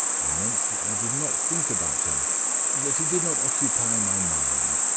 i meant that i did not think about him that he did not occupy my mind.